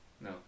No